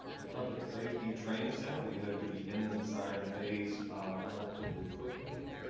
the public safety training center we hope to be in the design phase relatively quickly.